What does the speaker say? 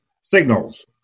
Signals